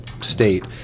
state